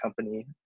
company